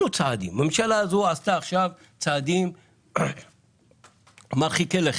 הממשלה הזאת עשתה עכשיו צעדים מרחיקי לכת.